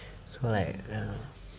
or like ya